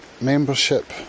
membership